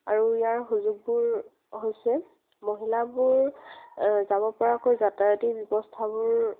আৰু ইয়াৰ সুযোগবোৰ হৈছে মহিলাবোৰ যাব পৰাকৈ যাতায়তী ব্যৱস্থাবোৰ